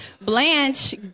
Blanche